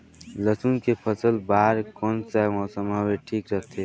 लसुन के फसल बार कोन सा मौसम हवे ठीक रथे?